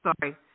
sorry